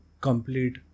complete